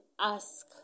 ask